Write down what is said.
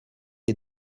est